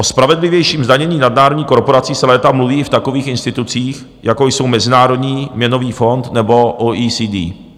O spravedlivějším zdanění nadnárodních korporací se léta mluví i v takových institucích, jako jsou Mezinárodní měnový fond nebo OECD.